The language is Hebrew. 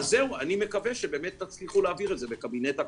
אני מקווה שבאמת תצליחו להעביר את זה בקבינט הקורונה,